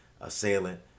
assailant